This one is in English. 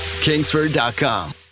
Kingsford.com